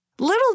Little